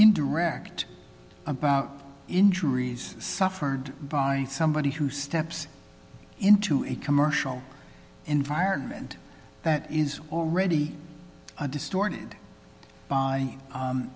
indirect about injuries suffered by somebody who steps into a commercial environment that is already a distorted by